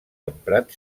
emprat